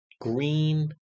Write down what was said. green